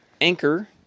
Anchor